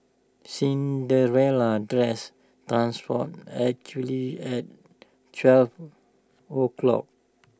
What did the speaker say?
Cinderella's dress transformed actually at twelve o'clock